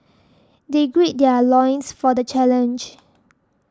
they gird their loins for the challenge